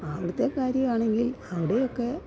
ആ അവിടുത്തെ കാര്യമാണെങ്കിൽ അവിടെയൊക്കെ